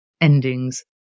endings